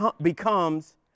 becomes